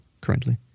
currently